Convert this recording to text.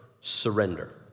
surrender